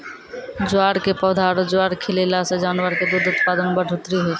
ज्वार के पौधा आरो ज्वार खिलैला सॅ जानवर के दूध उत्पादन मॅ बढ़ोतरी होय छै